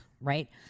right